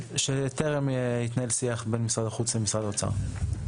שטרם התנהל שיח בין משרד החוץ למשרד האוצר.